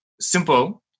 simple